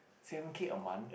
seven K a month